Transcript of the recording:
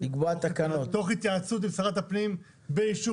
לקבוע תקנות תוך התייעצות עם שרת הפנים באישור